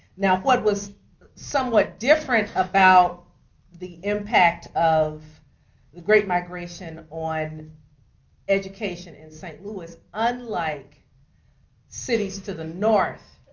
now what was somewhat different about the impact of the great migration on education in st. louis, unlike cities to the north